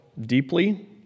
deeply